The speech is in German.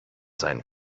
sein